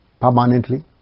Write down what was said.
permanently